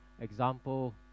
example